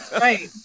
Right